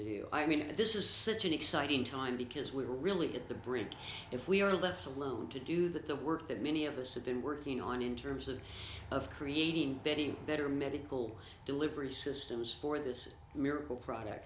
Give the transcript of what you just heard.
to do i mean this is such an exciting time because we're really at the brink if we are left alone to do that the work that many of us have been working on in terms of of creating betting better medical delivery systems for this miracle